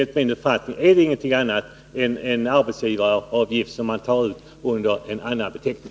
Enligt min uppfattning är det ingenting annat än en arbetsgivaravgift som man tar ut under annan beteckning.